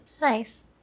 Nice